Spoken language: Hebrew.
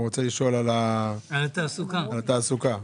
אתה היועץ של הממשלה ואתה האיש שלנו שעוסק בנושא הכלכלי.